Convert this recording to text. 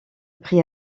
prix